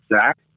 Zach